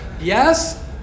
yes